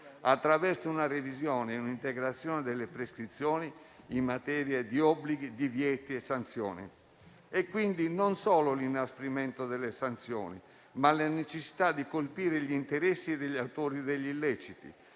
attraverso una revisione e un'integrazione delle prescrizioni in materia di obblighi, divieti e sanzioni. Occorre quindi non solo l'inasprimento delle sanzioni, ma anche la necessità di colpire gli interessi degli autori degli illeciti,